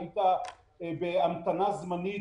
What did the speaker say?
היית בהמתנה זמנית,